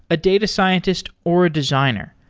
a data scientist, or a designer.